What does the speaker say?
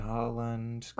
Holland